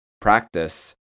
practice